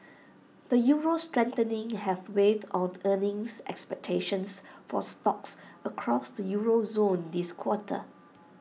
the euro's strengthening has weighed on earnings expectations for stocks across the euro zone this quarter